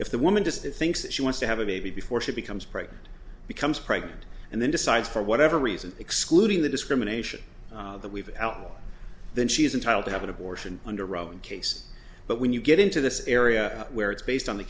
if the woman just thinks that she wants to have a baby before she becomes pregnant becomes pregnant and then decides for whatever reason excluding the discrimination that we've then she is entitle to have an abortion under relevant case but when you get into this area where it's based on the